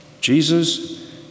Jesus